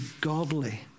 godly